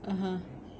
(uh huh)